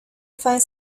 find